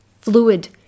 fluid